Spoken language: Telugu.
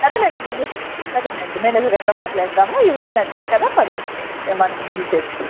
సరేనండి సరేనండి మేనేజర్ గారితో మాట్లాడదాము ఇవి మీకు నచ్చాయి కదా పదండి మనం బిల్ చేసుకుందాం